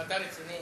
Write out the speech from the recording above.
אתה רציני?